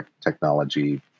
technology